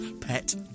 pet